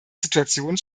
situationen